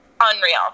unreal